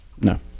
no